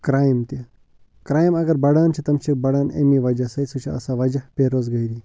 crime تہِ crime اَگر بَڑان چھِ تِم چھِ بَڑان اَمی وَجہ سۭتۍ سُہ چھُ آسان وَجہ بے روزگٲری